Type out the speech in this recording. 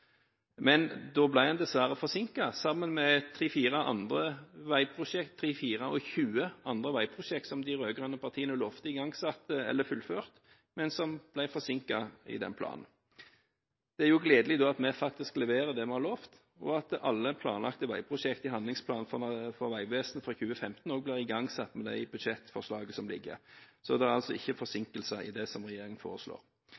Da ble det dessverre forsinket, sammen med 23–24 andre veiprosjekter som de rød-grønne partiene lovte igangsatt eller fullført i forbindelse med den planen. Det er gledelig at vi faktisk leverer det vi har lovet, og at alle planlagte veiprosjekter i handlingsplanen for Vegvesenet for 2015 også blir igangsatt med det budsjettforslaget som ligger. Det er altså ikke forsinkelser i det som regjeringen foreslår.